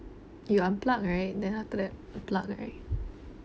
you unplug right then after that you plug right